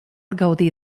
gaudir